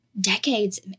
decades